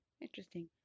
interesting